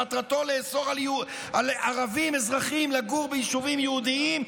שמטרתו לאסור על אזרחים ערבים לגור ביישובים יהודיים,